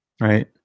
right